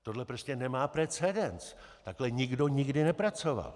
Tohle prostě nemá precedens, takhle nikdo nikdy nepracoval.